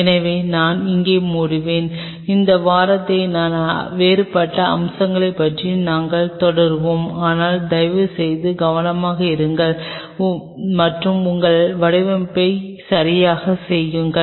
எனவே நான் இங்கே மூடுவேன் இந்த விவாதத்தை அதன் வேறுபட்ட அம்சங்களைப் பற்றி நாங்கள் தொடருவோம் ஆனால் தயவுசெய்து கவனமாக இருங்கள் மற்றும் உங்கள் வடிவமைப்பை சரியாகச் செய்யுங்கள்